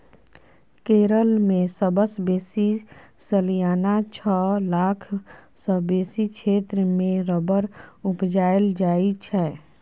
केरल मे सबसँ बेसी सलियाना छअ लाख सँ बेसी क्षेत्र मे रबर उपजाएल जाइ छै